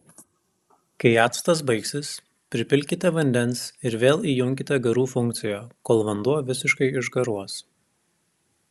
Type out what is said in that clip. kai actas baigsis pripilkite vandens ir vėl įjunkite garų funkciją kol vanduo visiškai išgaruos